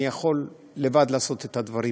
אני יכול לבד לעשות את הדברים.